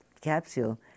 capsule